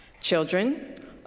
Children